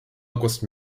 august